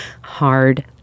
hard